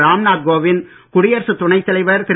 ராம் நாத் கோவிந்த் குடியரசுத் துணைத் தலைவர் திரு